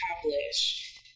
accomplish